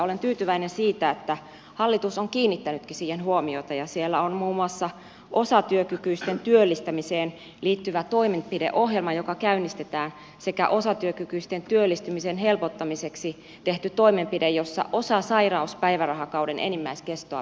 olen tyytyväinen siihen että hallitus on kiinnittänytkin siihen huomiota ja on muun muassa osatyökykyisten työllistämiseen liittyvä toimenpideohjelma joka käynnistetään sekä osatyökykyisten työllistymisen helpottamiseksi tehty toimenpide jossa osasairauspäivärahakauden enimmäiskestoa pidennetään